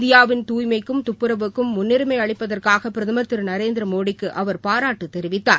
இந்தியாவின் தூய்மைக்கும் துப்புரவுக்கும் முன்னரிமை அளிப்பதற்காக பிரதமர் திரு நரேந்திரமோடிக்கு அவர் பாராட்டு தெரிவித்தார்